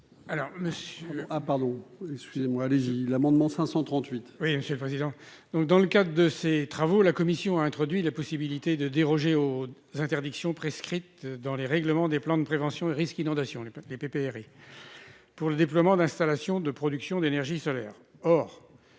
Alors Monsieur. Ah pardon, excusez-moi, allez-y, l'amendement 538. Oui, monsieur le président, donc, dans le cadre de ses travaux, la commission a introduit la possibilité de déroger aux interdictions prescrite dans les règlements des plans de prévention des risques inondation à l'époque des PPRI, pour le déploiement d'installations de production d'énergie solaire, or